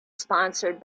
sponsored